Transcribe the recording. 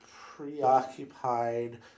preoccupied